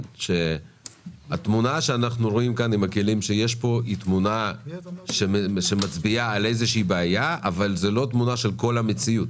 התמונה שאנחנו רואים כאן היא תמונה שמצביעה על בעיה מסוימת,